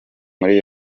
muri